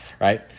right